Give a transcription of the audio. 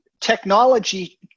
technology